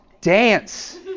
dance